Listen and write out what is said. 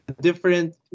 different